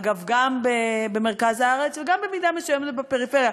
אגב, גם במרכז הארץ, וגם במידה מסוימת בפריפריה.